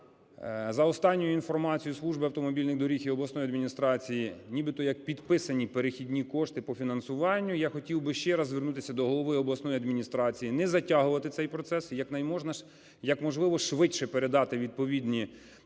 за останньою інформацією служби автомобільних доріг і обласної адміністрації нібито як підписані перехідні кошти по фінансуванню. Я хотів би ще раз звернутися до голови обласної адміністрації не затягувати цей процес і як можливо швидше передати відповідні…